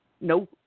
no